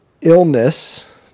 illness